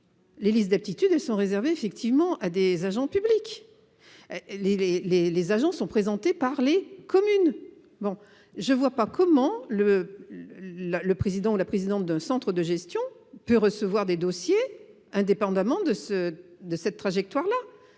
ces listes d’aptitude sont réservées aux agents publics, les agents étant présentés par les communes. Je ne vois pas comment le président ou la présidente d’un centre de gestion peut recevoir des dossiers indépendamment de cette trajectoire.